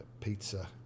pizza